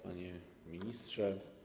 Panie Ministrze!